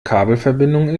kabelverbindungen